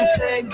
Take